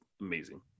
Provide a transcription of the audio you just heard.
amazing